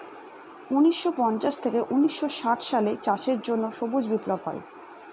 উনিশশো পঞ্চাশ থেকে উনিশশো ষাট সালে চাষের জন্য সবুজ বিপ্লব হয়